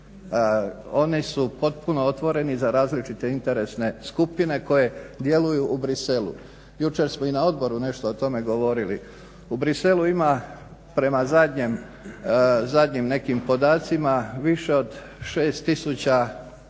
Oni su potpuno otvoreni za različite interesne skupine koje djeluju u Bruxellesu. Jučer smo i na odboru nešto o tome govorili. U Bruxellesu ima prema zadnjim, zadnjim nekim podacima više od 6000